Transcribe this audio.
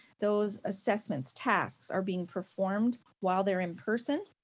those assessments, tasks are being performed while they're in-person.